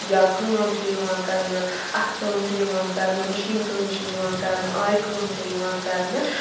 یا کٲم چھے یِوان کِرنہ اَتھہٕ کٲم چھے یِوان کَرنہٕ مِشیٖن کٲم چھے یِوان کَرنہٕ آرِ کٲم چھے یِوان کَرنہٕ